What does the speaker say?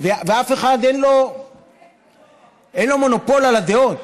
לאף אחד אין מונופול על הדעות.